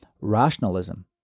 rationalism